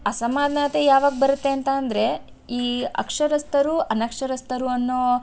ಅಸಮಾನತೆ ಯಾವಾಗ ಬರುತ್ತೆ ಅಂತ ಅಂದರೆ ಈ ಅಕ್ಷರಸ್ಥರು ಅನಕ್ಷರಸ್ಥರು ಅನ್ನೋ